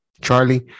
Charlie